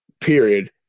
period